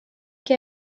que